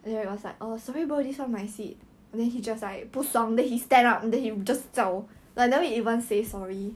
有偏见还是他怕女孩子还是他尴尬